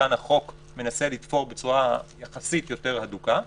שכאן החוק מנסה לתפור בצורה יותר הדוקה יחסית.